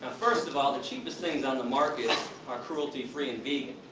ah first of all, the cheapest things on the market are cruelty-free and vegan.